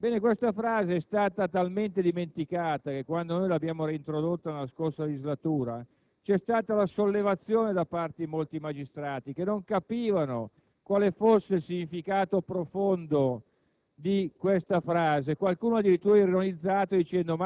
che recita: «La giustizia è amministrata in nome del popolo». Questa frase è stata talmente dimenticata che, quando l'abbiamo reintrodotta nella scorsa legislatura, c'è stata una sollevazione da parte di molti magistrati che non capivano quale fosse il significato profondo